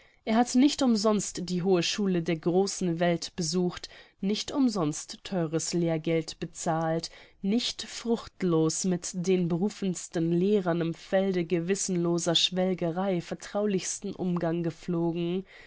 er hatte nicht umsonst die hohe schule der großen welt besucht nicht umsonst theures lehrgeld bezahlt nicht fruchtlos mit den berufensten lehrern im felde gewissenloser schwelgerei vertraulichsten umgang gepflogen